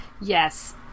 Yes